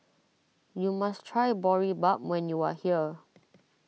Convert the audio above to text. you must try Boribap when you are here